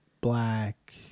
black